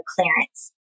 clearance